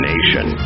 Nation